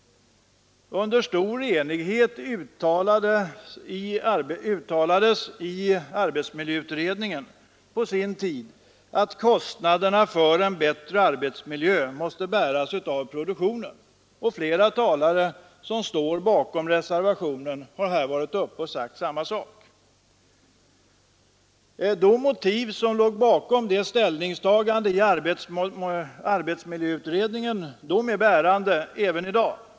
Under stor enighet uttalades på sin tid av arbetsmiljöutredningen att kostnaderna för en bättre arbetsmiljö måste bäras av produktionen, och flera talare, som står bakom reservationen, har här varit uppe och sagt samma sak. De motiv som låg bakom det ställningstagandet i arbetsmiljöutredningen är bärande även i dag.